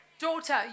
Daughter